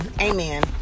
amen